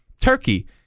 Turkey